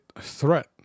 threat